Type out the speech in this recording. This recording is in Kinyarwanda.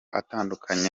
atandukanye